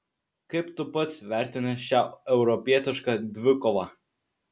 kaip tu pats vertini šią europietišką dvikovą